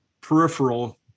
peripheral